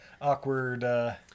awkward